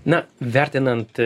na vertinant